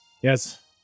yes